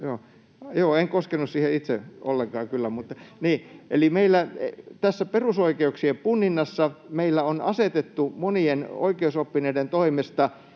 en koskenut siihen itse ollenkaan kyllä. — Eli tässä perusoikeuksien punninnassa meillä on asetettu monien oikeusoppineiden toimesta